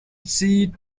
see